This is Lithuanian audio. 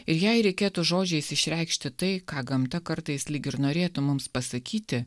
ir jei reikėtų žodžiais išreikšti tai ką gamta kartais lyg ir norėtų mums pasakyti